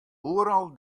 oeral